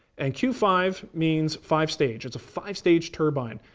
and q five means five stage. it's a five stage turbine.